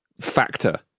factor